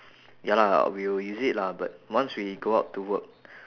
ya lah we will use it lah but once we go out to work